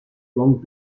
long